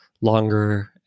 longer